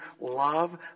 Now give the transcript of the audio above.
love